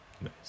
nice